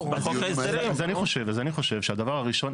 אז אני חושב שהדבר הראשון,